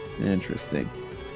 Interesting